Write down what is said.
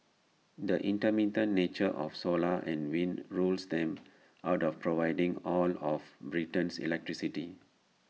the intermittent nature of solar and wind rules them out of providing all of Britain's electricity